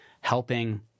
helping